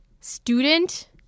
student